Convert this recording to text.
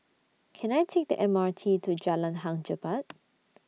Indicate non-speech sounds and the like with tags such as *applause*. Can I Take The M R T to Jalan Hang Jebat *noise*